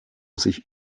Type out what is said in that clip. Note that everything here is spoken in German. sich